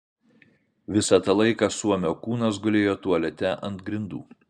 visą tą laiką suomio kūnas gulėjo tualete ant grindų